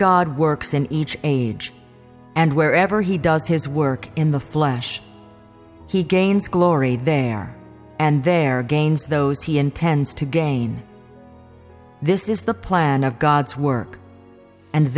god works in each age and wherever he does his work in the flesh he gains glory there and there gains those he intends to gain this is the plan of god's work and